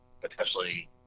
potentially